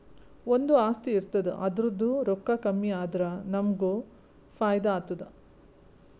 ಒಂದು ಆಸ್ತಿ ಇರ್ತುದ್ ಅದುರ್ದೂ ರೊಕ್ಕಾ ಕಮ್ಮಿ ಆದುರ ನಮ್ಮೂಗ್ ಫೈದಾ ಆತ್ತುದ